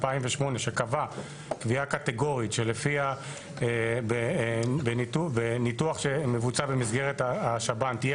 שקבעה קביעה קטגורית שלפיה בניתוח שמבוצע במסגרת השב"ן תהיה